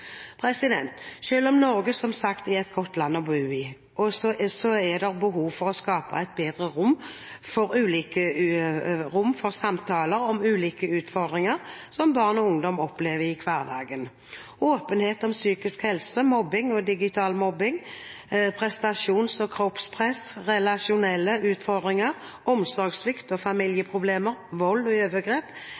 om Norge som sagt er et godt land å bo i, er det behov for å skape et bedre rom for samtaler om ulike utfordringer som barn og ungdom opplever i hverdagen. Åpenhet om psykisk helse, mobbing og digital mobbing, prestasjons- og kroppspress, relasjonelle utfordringer, omsorgssvikt og familieproblemer, vold og overgrep